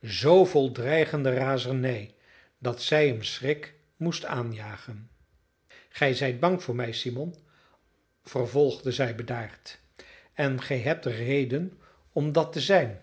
zoo vol dreigende razernij dat zij hem schrik moest aanjagen gij zijt bang voor mij simon vervolgde zij bedaard en gij hebt reden om dat te zijn